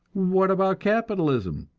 what about capitalism?